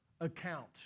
account